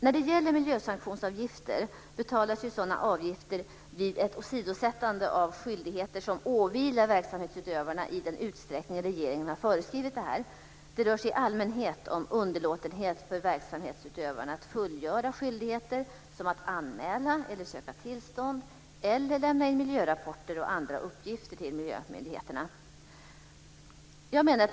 När det gäller miljösanktionsavgifter betalas sådana avgifter vid ett åsidosättande av de skyldigheter som åvilar verksamhetsutövarna i den utsträckning regeringen har föreskrivit detta. Det rör sig i allmänhet om underlåtenhet för verksamhetsutövaren att fullgöra skyldigheter som att anmäla eller söka tillstånd eller lämna in miljörapporter och andra uppgifter till miljömyndigheterna.